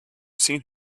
seen